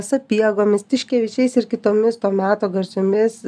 sapiegomis tiškevičiais ir kitomis to meto garsiomis